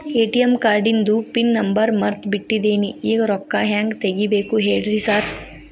ATM ಕಾರ್ಡಿಂದು pin number ಮರ್ತ್ ಬಿಟ್ಟಿದೇನಿ ಈಗ ರೊಕ್ಕಾ ಹೆಂಗ್ ತೆಗೆಬೇಕು ಹೇಳ್ರಿ ಸಾರ್